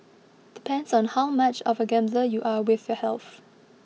depends on how much of a gambler you are with your health